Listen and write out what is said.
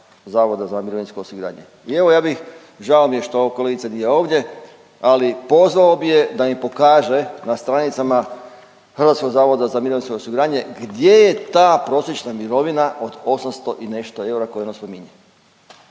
stranicama Zavoda za mirovinsko osiguranje. I evo ja bih, žao mi je što kolegica nije ovdje ali pozvao bi je da mi pokaže na stranicama HZMO-a gdje je ta prosječna mirovina od 800 i nešto eura koju ona spominje.